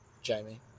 Jamie